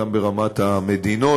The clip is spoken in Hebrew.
גם ברמת המדינות,